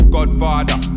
Godfather